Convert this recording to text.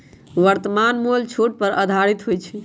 वर्तमान मोल छूट पर आधारित होइ छइ